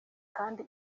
kandi